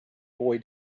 boy